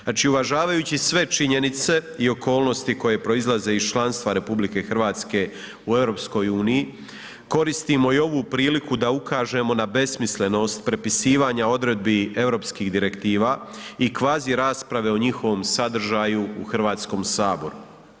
Znači uvažavajući sve činjenice i okolnosti koje proizlaze iz članstva RH u EU-u, koristimo i ovu priliku da ukažemo na besmislenost prepisivanja odredbi europskih direktiva i kvazi rasprave o njihovom sadržaju u Hrvatskom saboru.